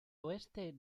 oeste